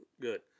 good